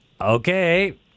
Okay